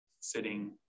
Sitting